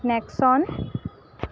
Nexon